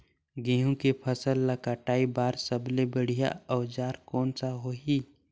गहूं के फसल ला कटाई बार सबले बढ़िया औजार कोन सा होही?